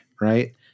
right